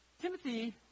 Timothy